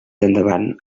endavant